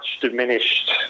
diminished